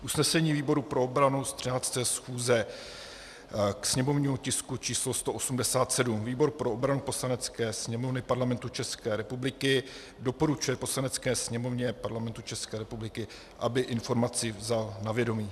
Usnesení výboru pro obranu ze 13. schůze k sněmovnímu tisku číslo 187: Výbor pro obranu Poslanecké sněmovny Parlamentu České republiky doporučuje Poslanecké sněmovně Parlamentu České republiky, aby informaci vzala na vědomí.